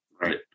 Right